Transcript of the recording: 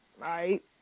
right